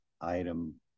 item